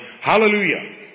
Hallelujah